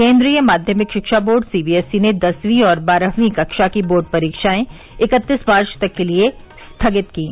केन्द्रीय माध्यमिक शिक्षा बोर्ड सीबीएसई ने दसवीं और बारहवीं कक्षा की बोर्ड परीक्षाएं इकत्तीस मार्च तक के लिए स्थगित कीं